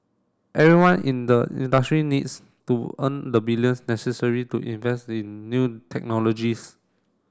everyone in the industry needs to earn the billions necessary to invest in new technologies